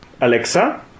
Alexa